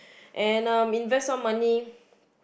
and um invest some money